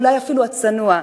אולי אפילו הצנוע,